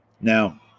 Now